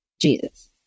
jesus